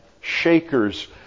shakers